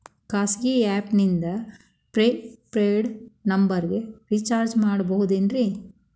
ಖಾಸಗಿ ಆ್ಯಪ್ ನಿಂದ prepaid ನಂಬರಿಗ ರೇಚಾರ್ಜ್ ಮಾಡಬಹುದೇನ್ರಿ?